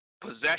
Possession